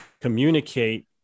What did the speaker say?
communicate